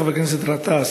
חבר הכנסת גטאס,